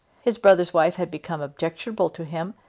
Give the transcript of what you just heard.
his brother's wife had become objectionable to him,